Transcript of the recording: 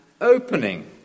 opening